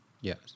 Yes